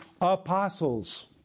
apostles